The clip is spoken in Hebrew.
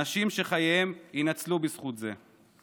אנשים שחייהם יינצלו בזכות זה.